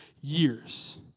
years